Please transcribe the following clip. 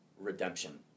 redemption